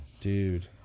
dude